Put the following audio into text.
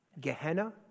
Gehenna